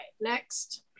next